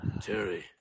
Terry